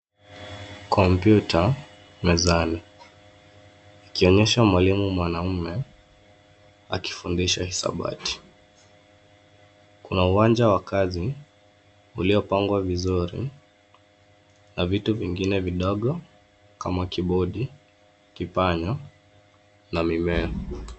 Komputa mezani ikionyesha mwalimu mwanaume akifundisha hisabati. Kuna uwanja wa kazi uliopangwa vizuri na vitu vingine vidogo kama kibodi, kipanya na mimea.